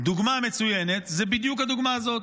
דוגמה מצוינת היא בדיוק הדוגמה הזאת,